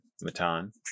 Matan